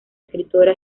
escritora